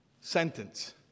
sentence